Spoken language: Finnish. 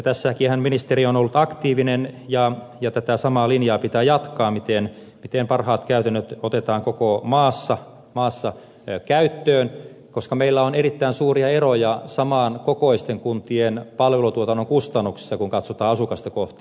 tässäkin ministeri on ollut aktiivinen ja tätä samaa linjaa pitää jatkaa miten parhaat käytännöt otetaan koko maassa käyttöön koska meillä on erittäin suuria eroja saman kokoisten kuntien palvelutuotannon kustannuksissa kun katsotaan asukasta kohti